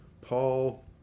Paul